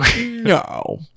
no